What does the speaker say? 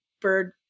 bird